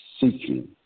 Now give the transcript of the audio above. seeking